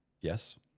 Yes